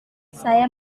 saya